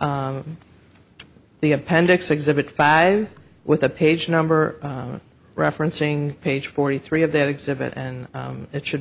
the appendix exhibit five with a page number referencing page forty three of that exhibit and it should